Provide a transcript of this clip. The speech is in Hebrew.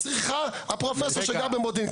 הפרופסור שגר במודיעין,